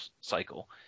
cycle